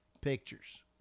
pictures